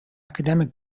academic